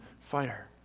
fire